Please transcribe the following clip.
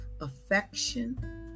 affection